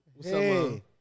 Hey